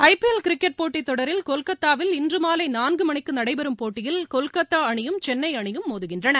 ஐ PL cricket போட்டியில் கொல்கத்தாவில் இன்றுமாலைநான்குமணிக்குநடைபெறும் போட்டியில் கொல்கத்தாஅணியும் சென்னைஅணியும் மோதுகின்றன